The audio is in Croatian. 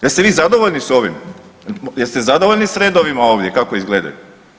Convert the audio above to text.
Jeste vi zadovoljni s ovim, jeste zadovoljni s redovima ovdje kako izgledaju?